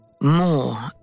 More